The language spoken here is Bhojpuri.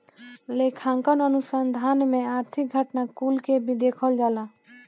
लेखांकन अनुसंधान में आर्थिक घटना कुल के भी देखल जाला